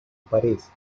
parís